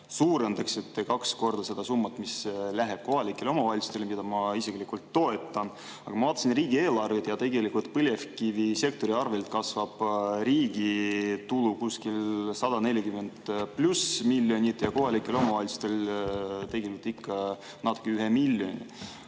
suurendaksite kaks korda seda summat, mis läheb kohalikele omavalitsustele. Seda ma isiklikult ka toetan. Aga ma vaatasin riigieelarvet ja [nägin, et] põlevkivisektori varal kasvab riigi tulu kuskil 140+ miljonit, aga kohalikel omavalitsustel tegelikult ikka natuke üle miljoni.